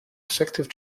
effective